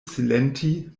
silenti